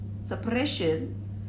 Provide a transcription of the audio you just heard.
suppression